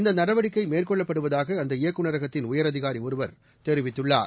இந்த நடவடிக்கை மேற்கொள்ளப்படுவதாக அந்த இயக்குநரகத்தின் உயரதிகாரி ஒருவர் தெரிவித்துள்ளார்